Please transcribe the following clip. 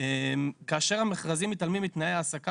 כאשר המכרזים מתעלמים מתנאי ההעסקה